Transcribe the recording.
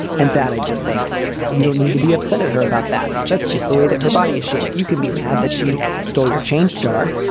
and that i just think you don't need to be upset at her about that. that's just the way that her body is shaped. you can be mad that she stole your change jar.